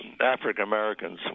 African-Americans